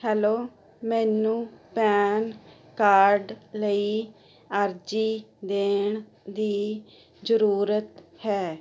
hello ਮੈਨੂੰ PAN card ਲਈ ਅਰਜ਼ੀ ਦੇਣ ਦੀ ਜ਼ਰੂਰਤ ਹੈ